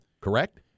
Correct